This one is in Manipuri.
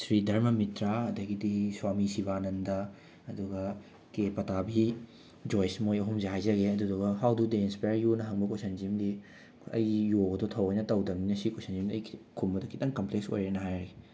ꯁ꯭ꯔꯤ ꯙꯔꯃ ꯃꯤꯇ꯭ꯔꯥ ꯑꯗꯒꯤꯗꯤ ꯁ꯭ꯋꯥꯃꯤ ꯁꯤꯕꯥꯅꯟꯗ ꯑꯗꯨꯒ ꯀꯦ ꯄꯇꯥꯚꯤ ꯖꯣꯏꯁ ꯃꯣꯏ ꯑꯍꯨꯝꯁꯦ ꯍꯥꯏꯖꯒꯦ ꯑꯗꯨꯗꯨꯒ ꯍꯣꯎ ꯗꯨ ꯗꯦ ꯏꯟꯁꯄ꯭ꯌꯔ ꯌꯨꯅ ꯍꯪꯕ ꯀꯣꯏꯁꯟꯁꯤꯃꯗꯤ ꯑꯩꯒꯤ ꯌꯣꯒꯗꯣ ꯊꯑꯣꯏꯅ ꯇꯧꯗꯕꯅꯤꯅ ꯁꯤ ꯀꯣꯏꯁꯟꯁꯤꯃꯗꯤ ꯑꯩ ꯈꯤ ꯈꯨꯝꯕꯗ ꯈꯤꯇꯪ ꯀꯝꯄ꯭ꯂꯦꯛꯁ ꯑꯣꯏꯔꯦꯅ ꯍꯥꯏꯔꯒꯦ